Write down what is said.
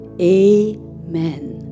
Amen